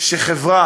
שחברה